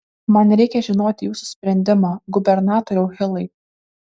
man reikia žinoti jūsų sprendimą gubernatoriau hilai